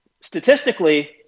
statistically